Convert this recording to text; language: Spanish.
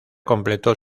completó